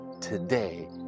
Today